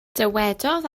dywedodd